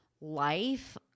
life